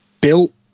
built